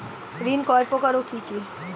ঋণ কয় প্রকার ও কি কি?